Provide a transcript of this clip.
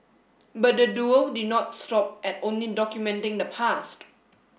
but the duo did not stop at only documenting the past